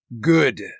Good